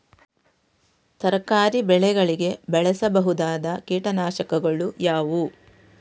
ತರಕಾರಿ ಬೆಳೆಗಳಿಗೆ ಬಳಸಬಹುದಾದ ಕೀಟನಾಶಕಗಳು ಯಾವುವು?